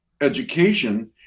education